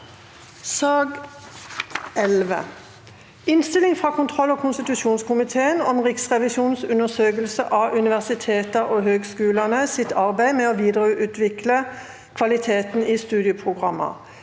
Innstilling fra kontroll- og konstitusjonskomiteen om Riksrevisjonens undersøkelse av Universiteta og høgsku- lane sitt arbeid med å vidareutvikle kvaliteten i studie- programma